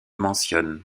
mentionne